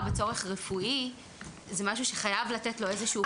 בצורך רפואי זה משהו שחייב לתת איזה שהוא פתרון.